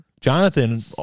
Jonathan